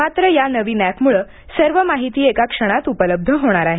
मात्र या नवीन ऍपमुळे सर्व माहिती एका क्षणात उपलब्ध होणार आहे